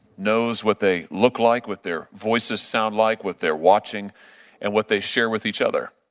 knows what they look like with their voices, sound like what they're watching and what they share with each other